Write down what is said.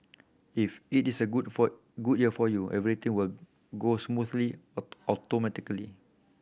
if it is a good for good year for you everything will go smoothly automatically